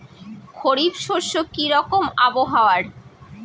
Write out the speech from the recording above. খরিফ শস্যে কি রকম আবহাওয়ার?